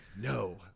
no